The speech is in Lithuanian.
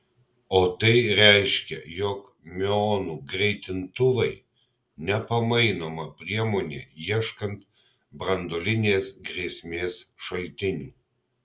o tai reiškia jog miuonų greitintuvai nepamainoma priemonė ieškant branduolinės grėsmės šaltinių